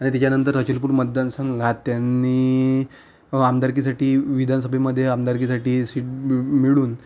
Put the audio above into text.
आणि त्याच्यानंतर जेलकुट मतदानसंघात त्यांनी आमदारकीसाठी विधानसभेमध्ये आमदारकीसाठी सीट मिळ मिळून